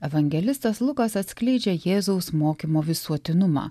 evangelistas lukas atskleidžia jėzaus mokymo visuotinumą